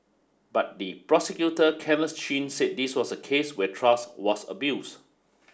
but the prosecutor Kenneth Chin said this was a case where trust was abused